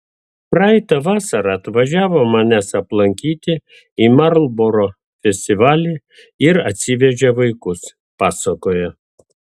praeitą vasarą atvažiavo manęs aplankyti į marlboro festivalį ir atsivežė vaikus pasakoja